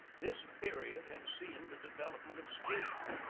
this period had seen the development of steam.